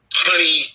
honey